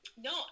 No